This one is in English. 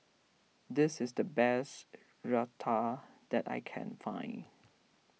this is the best Raita that I can find